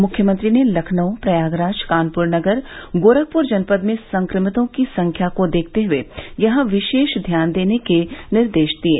मुख्यमंत्री ने लखनऊ प्रयागराज कानपूर नगर गोरखपूर जनपद में संक्रमितों की संख्या को देखते हए यहां विशेष ध्यान देने के निर्देश दिये